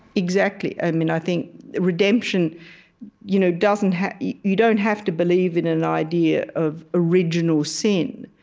exactly. i mean, i think redemption you know doesn't have you don't have to believe in an idea of original sin.